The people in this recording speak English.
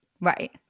Right